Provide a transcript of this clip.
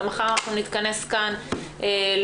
ומחר אנחנו נתכנס כאן לדיון,